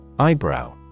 Eyebrow